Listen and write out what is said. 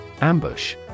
Ambush